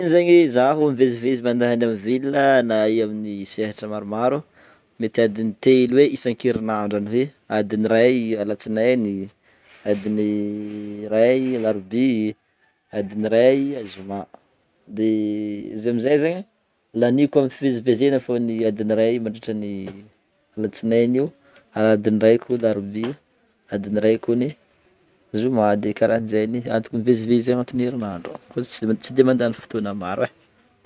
Igny zegny zaho mivezivezy mandeha any amin'ny ville na eo amin'ny sehatra maromaro mety adiny telo eo isa-kerinandro zany hoe adiny ray alatsinainy, adiny ray alarobia, adiny ray azoma. De izy amin'zay zegny, laniako amin'ny fivezivezena fô ny adiny ray mandritran'ny latsinainy io, ary adiny ray koa larobia, adiny ray koa ny zoma de karahan'jegny hatoka mivezivezy agnatin'ny herinandro fa ts- tsy de mandany fotoagna maro e.